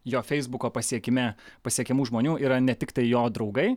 jo feisbuko pasiekime pasiekiamų žmonių yra ne tiktai jo draugai